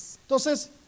entonces